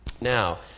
Now